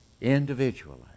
individually